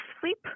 sleep